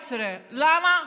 למה?